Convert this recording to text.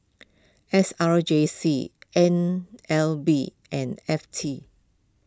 S R J C N L B and F T